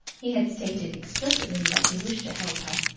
he had stated explicitly that he wished to help her.